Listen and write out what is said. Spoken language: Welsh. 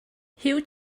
huw